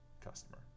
customer